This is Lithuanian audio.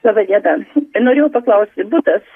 laba diena norėjau paklausti butas